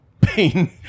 pain